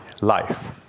Life